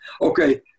okay